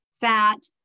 fat